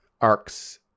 arcs